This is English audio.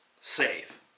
save